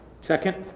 Second